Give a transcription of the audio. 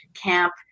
camp